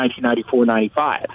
1994-95